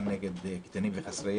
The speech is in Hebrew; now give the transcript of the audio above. ברוך בואך.